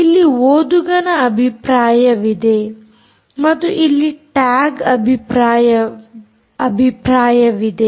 ಇಲ್ಲಿ ಓದುಗನ ಅಭಿಪ್ರಾಯವಿದೆ ಮತ್ತು ಇಲ್ಲಿ ಟ್ಯಾಗ್ ಅಭಿಪ್ರಾಯವಿದೆ